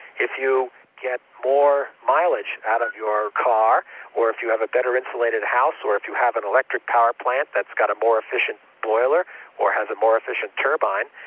if you get more mileage out of your car or if you have a better insulated house or if you have an electric power plant that's got a more efficient boiler or has a more efficient turbine,